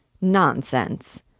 Nonsense